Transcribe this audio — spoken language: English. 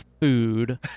food